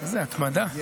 איזו התמדה.